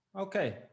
Okay